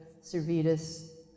Servetus